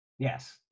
Yes